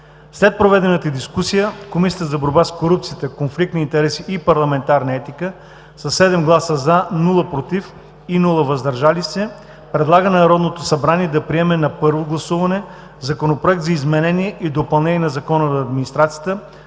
След проведената дискусия Комисията за борба с корупцията, конфликт на интереси и парламентарна етика: със 7 гласа „за“; без „против“ и „въздържали се“, предлага на Народното събрание да приеме на първо гласуване Законопроект за изменение и допълнение на Закона за администрацията,